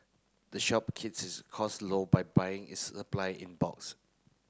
the shop keeps its costs low by buying its supply in bulks